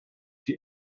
die